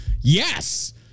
Yes